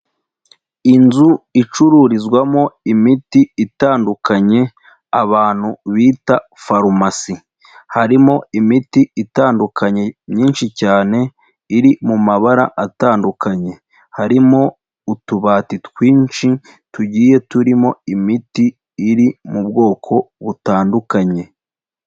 Inzu icururizwamo imiti itandukanye abantu bita farumasi, harimo imiti itandukanye myinshi cyane iri mu mabara atandukanye, harimo utubati twinshi tugiye turimo imiti iri mu bwoko butandukanye.